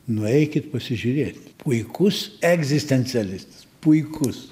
nueikit pasižiūrėt puikus egzistencialistas puikus